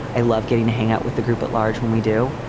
i love getting to hang out with the group at large when we do.